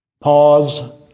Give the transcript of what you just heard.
pause